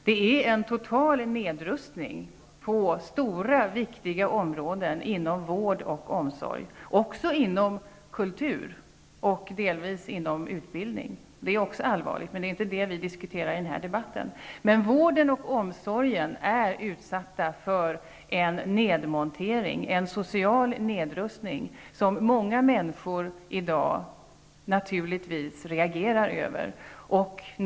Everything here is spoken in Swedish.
Det är en total nedrustning på stora och viktiga områden inom vård och omsorg, liksom inom kultur och delvis inom utbildning -- det är också allvarligt, men det är inte dessa områden vi diskuterar i denna debatt. Vården och omsorgen är utsatta för en nedmontering, en social nedrustning som många människor i dag naturligtvis reagerar emot.